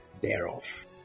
thereof